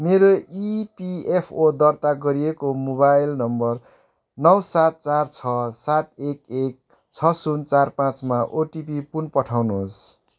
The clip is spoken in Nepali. मेरो इपिएफओ दर्ता गरिएको मोबाइल नम्बर नौ सात चार छ सात एक एक छ शून्य चार पाँचमा ओटिपी पुन पठाउनुहोस्